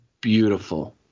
beautiful